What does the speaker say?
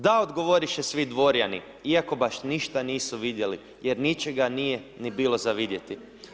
Da odgovoriše svi dvorjani iako baš ništa nisu vidjeli, jer ničega nije ni bilo za vidjeti.